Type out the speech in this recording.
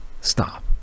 Stop